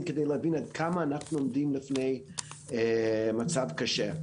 כדי להבין עד כמה אנחנו עומדים לפני מצב קשה.